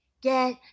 Get